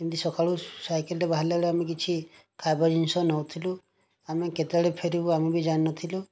ଏମିତି ସକାଳୁ ସାଇକେଲ୍ରେ ବାହାରିଲା ବେଳେ ଆମେ କିଛି ଖାଇବା ଜିନିଷ ନେଉଥିଲୁ ଆମେ କେତେବେଳେ ଫେରିବୁ ଆମେ ବି ଜାଣି ନଥିଲୁ